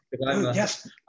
Yes